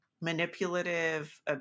manipulative